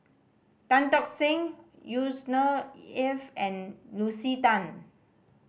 Tan Talk Seng Yusnor Ef and Lucy Tan